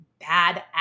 badass